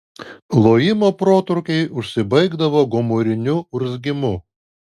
lojimo protrūkiai užsibaigdavo gomuriniu urzgimu